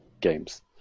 games